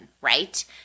right